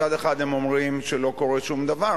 מצד אחד הם אומרים שלא קורה שום דבר,